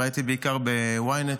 ראיתי בעיקר ב-ynet,